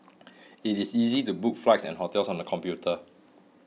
it is easy to book flights and hotels on the computer